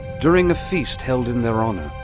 during a feast held in their honor,